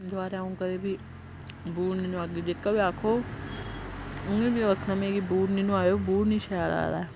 दबारा अ'ऊं कदें बी बूट नी नुआगी जेह्का बी आक्खो में नी आक्खना बूट नी नुआए ओह् बूट नी शैल आए दा ऐ